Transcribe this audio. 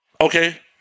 Okay